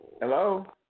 Hello